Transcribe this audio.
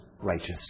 righteous